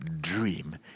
dream